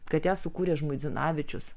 kad ją sukūrė žmuidzinavičius